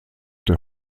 der